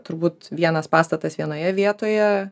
turbūt vienas pastatas vienoje vietoje